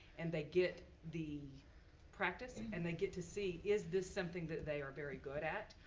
and they get the practice. and they get to see is this something that they are very good at?